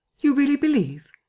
you really believe?